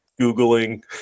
Googling